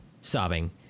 sobbing